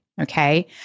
Okay